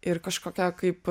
ir kažkokia kaip